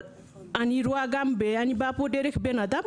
אבל אני גם באה פה דרך בן אדם,